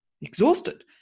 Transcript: exhausted